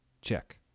Check